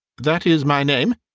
that is my name,